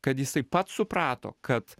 kad jisai pats suprato kad